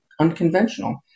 unconventional